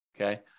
okay